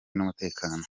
n’umutekano